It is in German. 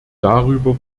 darüber